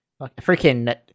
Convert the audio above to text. freaking